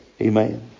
Amen